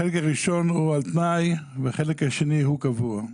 החלק הראשון הוא על תנאי והחלק השני הוא קבוע.